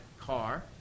car